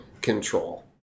control